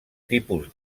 tipus